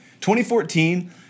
2014